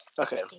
Okay